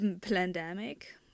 pandemic